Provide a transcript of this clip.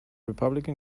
republican